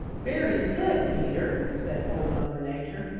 very good, peter, said old mother nature.